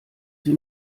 sie